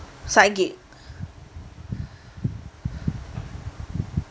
side gig